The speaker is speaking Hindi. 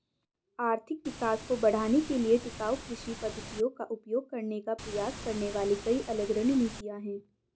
आर्थिक विकास को बढ़ाने के लिए टिकाऊ कृषि पद्धतियों का उपयोग करने का प्रयास करने वाली कई अलग रणनीतियां हैं